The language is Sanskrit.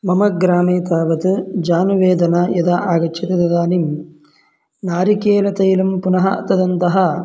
मम ग्रामे तावत् जानुवेदना यदा आगच्छति तदानीं नारिकेलतैलं पुनः तदन्तः